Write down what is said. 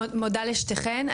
מודה לשתיכן.